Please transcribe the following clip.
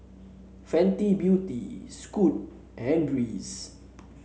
Fenty Beauty Scoot and Breeze